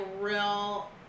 real